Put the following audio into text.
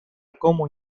como